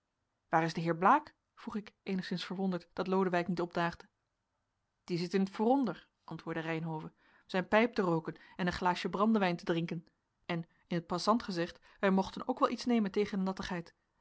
waar is de heer blaek vroeg ik eenigzins verwonderd dat lodewijk niet opdaagde die zit in t vooronder antwoordde reynhove zijn pijp te rooken en een glaasje brandewijn te drinken en in t passant gezegd wij mochten ook wel iets nemen tegen